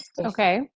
Okay